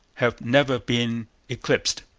have never been eclipsed.